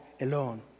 alone